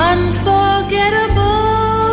Unforgettable